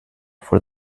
for